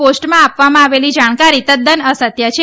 પોસ્ટમાં આપવામાં આવેલી જાણકારી તદ્દન અસત્ય છે